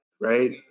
right